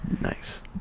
nice